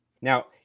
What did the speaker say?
Now